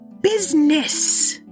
business